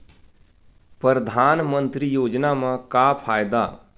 परधानमंतरी योजना म का फायदा?